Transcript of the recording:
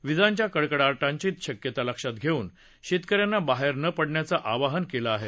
विजांच्या कडकडाटांची शक्यता लक्षात घेऊन शेतकऱ्यांना बाहेर न पडण्याचं आवाहन केलं आहे